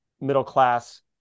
middle-class